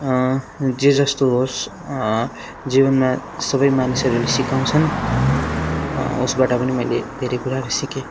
जे जस्तो होस् जीवनमा सब मान्छेहरूले सिकाउँछन् उसबाट पनि मैले धेरै कुराहरू सिकेँ